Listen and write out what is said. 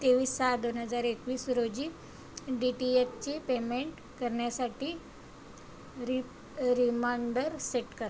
तेवीस सहा दोन हजार एकवीस रोजी डी टी एचचे पेमेंट करण्यासाठी रि रिमांडर सेट करा